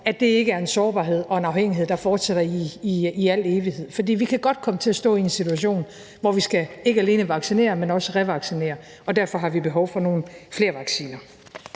nok, ikke er en sårbarhed og en afhængighed, der fortsætter i al evighed. For vi kan godt komme til at stå i en situationen, hvor vi ikke alene skal vaccinere, man også revaccinere, og derfor har vi behov for nogle flere vacciner.